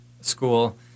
school